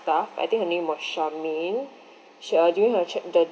staff I think her name was charmaine she uh during her check the